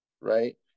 right